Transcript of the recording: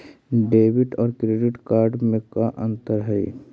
Debit और credit card में का अंतर हइ?